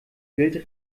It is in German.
gilt